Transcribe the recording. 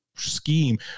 scheme